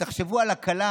תחשבו על הכלה,